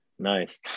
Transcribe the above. nice